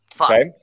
okay